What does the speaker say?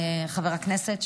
חבר הכנסת,